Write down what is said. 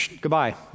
Goodbye